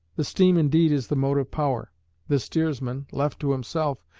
the steam indeed is the motive power the steersman, left to himself,